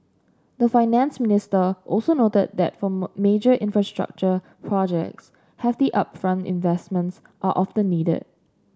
the finance minister also noted that for major infrastructure projects hefty upfront investments are often needed